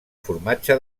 formatge